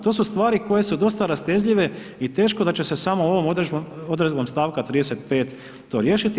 To su stvari koje su dosta rastezljive i teško da će se samo ovom odredbom stavka 35. to riješiti.